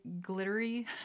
glittery